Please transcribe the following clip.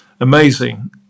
amazing